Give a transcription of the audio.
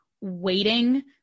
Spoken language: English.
waiting